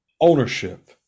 ownership